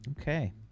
Okay